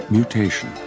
Mutation